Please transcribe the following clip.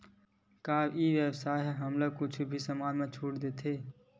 का ई व्यवसाय ह हमला कुछु भी समान मा छुट देथे?